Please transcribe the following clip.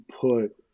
put